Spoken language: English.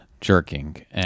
jerking